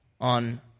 on